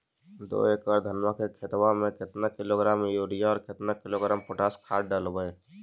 दो एकड़ धनमा के खेतबा में केतना किलोग्राम युरिया और केतना किलोग्राम पोटास खाद डलबई?